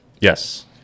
Yes